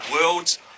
world's